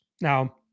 Now